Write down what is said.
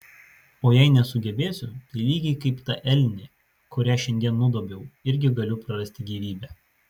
o jei nesugebėsiu tai lygiai kaip ta elnė kurią šiandien nudobiau irgi galiu prarasti gyvybę